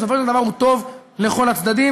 ובסופו של דבר הוא טוב לכל הצדדים.